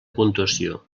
puntuació